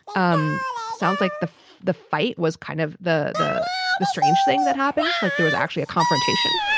um sounds like the the fight was kind of the the the strange thing that happens, like there was actually a confrontation.